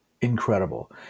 incredible